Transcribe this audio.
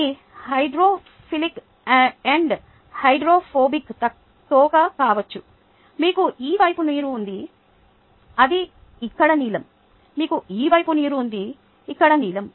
ఇది hydrophilic end hydrophobic తోక కావచ్చు మీకు ఈ వైపు నీరు ఉంది అది ఇక్కడ నీలం మీకు ఈ వైపు నీరు ఉంది ఇక్కడ నీలం